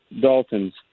daltons